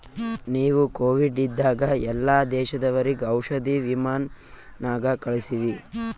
ನಾವು ಕೋವಿಡ್ ಇದ್ದಾಗ ಎಲ್ಲಾ ದೇಶದವರಿಗ್ ಔಷಧಿ ವಿಮಾನ್ ನಾಗೆ ಕಳ್ಸಿವಿ